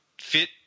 fit